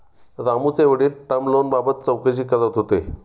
रामूचे वडील टर्म लोनबाबत चौकशी करत होते